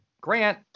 Grant